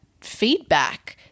feedback